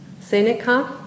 Seneca